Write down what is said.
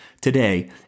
today